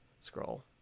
scroll